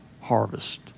harvest